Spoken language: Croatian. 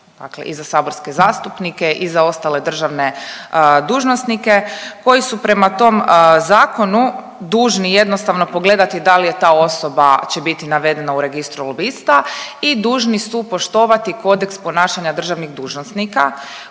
dakle i za saborske zastupnike i za ostale državne dužnosnike koji su prema tom zakonu dužni jednostavno pogledati da li je ta osoba će biti navedena u registru lobista i dužni su poštovati kodeks ponašanja državnih dužnosnika